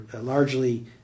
largely